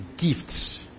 gifts